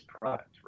product